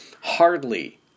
Hardly